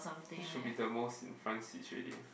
that should be the most front seats already